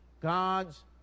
God's